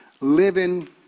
living